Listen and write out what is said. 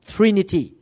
Trinity